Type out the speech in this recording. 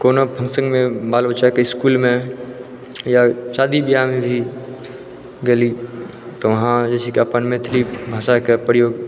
कोनो फंक्शनमे बाल बच्चाके स्कूलमे या शादी बियाहमे भी गेली तऽ वहाँ जे छै अपन मैथिली भाषाके प्रयोग